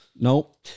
Nope